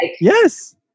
Yes